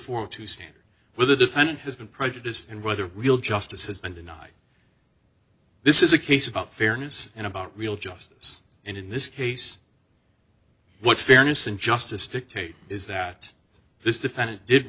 fourth to stand with the defendant has been prejudiced and whether real justice has been denied this is a case about fairness and about real justice and in this case what fairness and justice dictate is that this defendant did